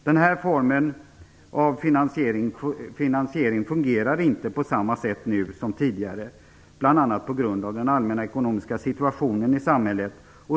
Den här formen av finansiering fungerar inte på samma sätt nu som tidigare, bl.a. på grund av den allmänna ekonomiska situationen i samhället.